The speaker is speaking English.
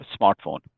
smartphone